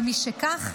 ומשכך,